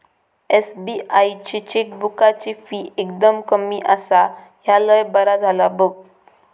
SBI ची चेकबुकाची fee एकदम कमी आसा, ह्या लय बरा झाला बघ